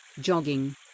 jogging